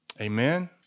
Amen